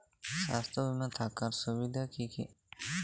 স্বাস্থ্য বিমা থাকার সুবিধা কী কী?